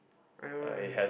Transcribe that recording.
I don't want